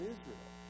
Israel